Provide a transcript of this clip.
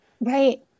Right